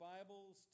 Bibles